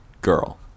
girl